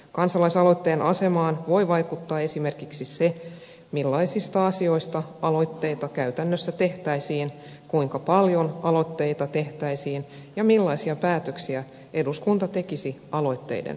kansalaisaloitteen asemaan voi vaikuttaa esimerkiksi se millaisista asioista aloitteita käytännössä tehtäisiin kuinka paljon aloitteita tehtäisiin ja millaisia päätöksiä eduskunta tekisi aloitteiden pohjalta